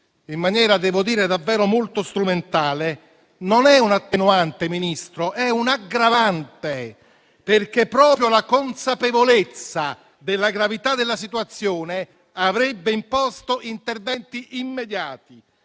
in maniera davvero molto strumentale, non è un'attenuante, signor Ministro, ma un'aggravante, perché proprio la consapevolezza della gravità della situazione avrebbe imposto interventi immediati,